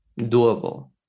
doable